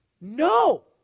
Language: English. No